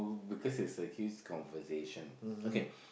because it's a kid's conversation okay